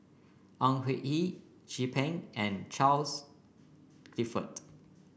Au Hing Yee Chin Peng and Charles Clifford